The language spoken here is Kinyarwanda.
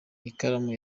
ikaramu